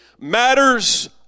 Matters